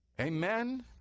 Amen